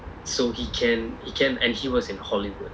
um